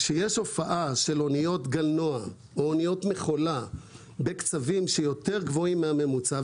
כשיש הופעה של אניות גלנוע או אניות מכולה בקצבים יותר גבוהים מהממוצע,